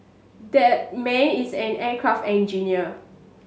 that man is an aircraft engineer